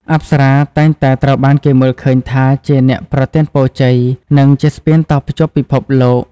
អប្សរាតែងតែត្រូវបានគេមើលឃើញថាជាអ្នកប្រទានពរជ័យ និងជាស្ពានតភ្ជាប់ពិភពលោក។